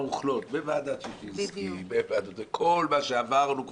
הוחלט בוועדת ששניסקי וכל מה שעברנו כבר.